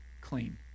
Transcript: clean